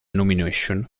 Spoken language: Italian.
nomination